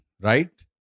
right